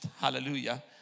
hallelujah